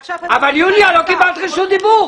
יוליה, לא קיבלת רשות דיבור.